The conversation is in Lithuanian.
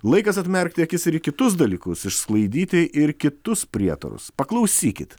laikas atmerkti akis ir į kitus dalykus išsklaidyti ir kitus prietarus paklausykit